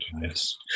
Yes